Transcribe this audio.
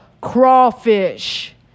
crawfish